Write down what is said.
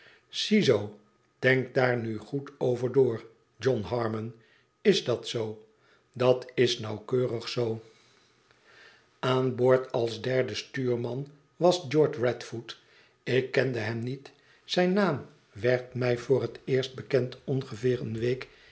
ziezoo denk daar nu goed over door john harmon is dat zoo dat is nauwkeurig zoo aan boord als derde stuurman was george radfoot ik kende hem niet zijn naam werd mij voor het eerst bekend ongeveer eene week